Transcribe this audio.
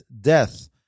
death